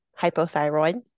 hypothyroid